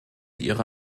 ihre